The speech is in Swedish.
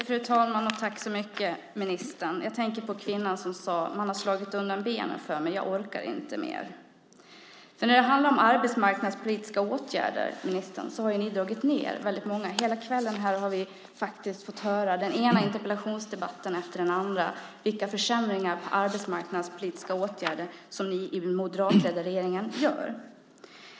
Fru talman! Tack så mycket, ministern. Jag tänker på kvinnan som sade: Man har slagit undan benen för mig. Jag orkar inte mer. När det handlar om arbetsmarknadspolitiska åtgärder, ministern, har ni dragit ned väldigt många sådana. Hela kvällen har vi i den ena interpellationsdebatten efter den andra fått höra vilka försämringar av arbetsmarknadspolitiska åtgärder som ni i den moderatledda regeringen gör.